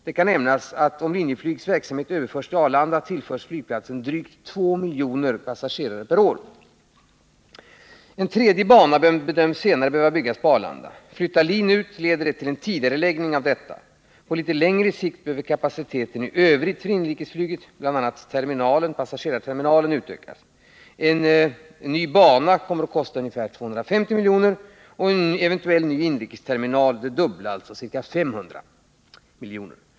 Det kan nämnas att om Linjeflygs verksamhet överförs till Arlanda tillförs flygplatsen drygt 2 miljoner passagerare per år. En tredje bana bedöms senare behöva byggas på Arlanda. En utflyttning av LIN:s verksamhet leder till en tidigareläggning av denna investering. På litet längre sikt behöver kapaciteten i övrigt för inrikesflyget, bl.a. passagerarterminalen, utökas. Utbyggnaden av banan beräknas kosta ca 250 milj.kr. En eventuell, ny inrikesterminal skulle komma att kosta det dubbla, alltså ca 500 milj.kr.